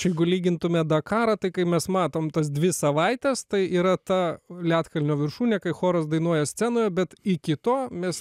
čia jeigu lygintume dakarą tai kai mes matom tas dvi savaites tai yra ta ledkalnio viršūnė kai choras dainuoja scenoje bet iki to mes